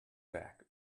back